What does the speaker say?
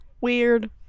weird